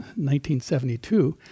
1972